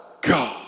God